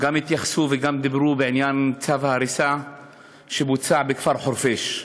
שדיברו בעניין צו ההריסה שבוצע בכפר חורפיש,